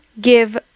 give